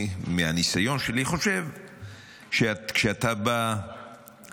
מהניסיון שלי אני חושב שכשאתה בא לעשות